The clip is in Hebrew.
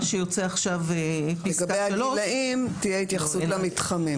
לגבי הלולאים תהיה התייחסות למתחמים.